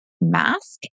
mask